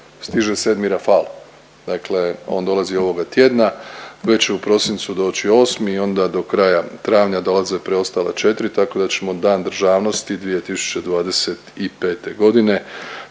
stiže sedmi Rafal. Dakle, on dolazi ovoga tjedna. Već će u prosincu doći osmi i onda do kraja travnja dolaze preostala četiri, tako da ćemo Dan državnosti 2025. godine